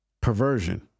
perversion